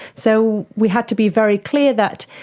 so we had to be very clear that